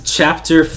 chapter